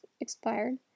expired